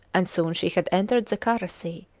and soon she had entered the kara sea,